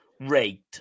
rate